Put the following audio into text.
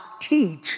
teach